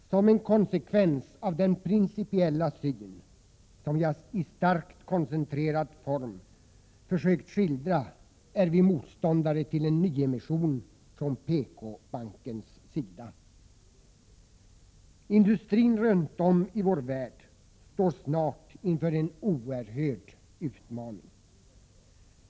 Som en konsekvens av den principiella syn som jag i starkt koncentrerad form försökt skildra är vi motståndare till en nyemission från PKbanken. Industrin runt om i vår värld står snart inför en oerhörd utmaning.